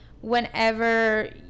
whenever